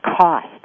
cost